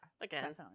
again